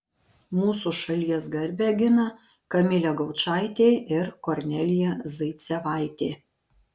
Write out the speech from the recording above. mūsų šalies garbę gina kamilė gaučaitė ir kornelija zaicevaitė